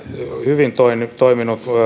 hyvin toiminut toiminut